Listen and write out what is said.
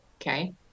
Okay